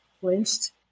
flinched